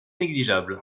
négligeable